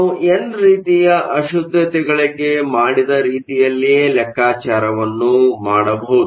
ನಾವು ಎನ್ ರೀತಿಯ ಅಶುದ್ದತೆಗಳಿಗೆ ಮಾಡಿದ ರೀತಿಯಲ್ಲಿಯೇ ಲೆಕ್ಕಾಚಾರವನ್ನು ಮಾಡಬಹುದು